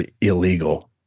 illegal